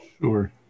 Sure